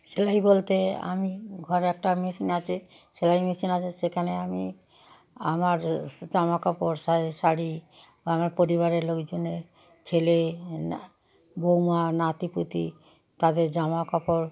সেলাই বলতে আমি ঘরে একটা মেশিন আছে সেলাই মেশিন আছে সেখানে আমি আমার জামাকাপড় শাড়ি শাড়ি বা আমার পরিবারের লোকজনের ছেলে বৌমা নাতিপুতি তাদের জামাকাপড়